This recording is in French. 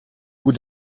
bout